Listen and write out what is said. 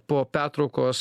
po pertraukos